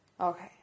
Okay